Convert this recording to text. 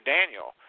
Daniel